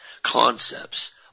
concepts